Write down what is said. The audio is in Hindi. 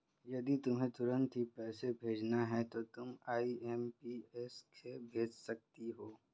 यदि तुम्हें तुरंत ही पैसे भेजने हैं तो तुम आई.एम.पी.एस से भेज सकती हो